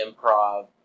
improv